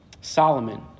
Solomon